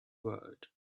world